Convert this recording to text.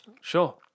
Sure